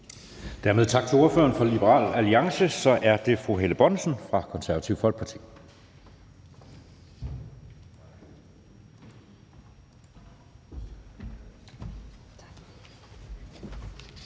tak til ordføreren for Liberal Alliance. Så er det fru Helle Bonnesen fra Det Konservative Folkeparti.